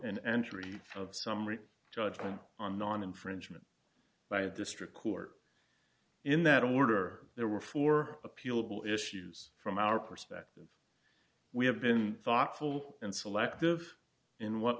an entry of summary judgment on non infringement by a district court in that order there were four appealable issues from our perspective we have been thoughtful and selective in what